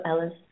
Ellis